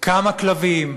כמה כלבים?